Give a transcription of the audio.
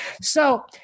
So-